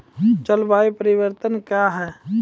जलवायु परिवर्तन कया हैं?